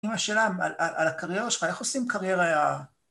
אמא שלה, על הקריירה שלך, איך עושים קריירה?